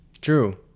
True